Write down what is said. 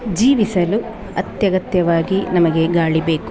ಜೀವಿಸಲು ಅತ್ಯಗತ್ಯವಾಗಿ ನಮಗೆ ಗಾಳಿ ಬೇಕು